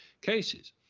cases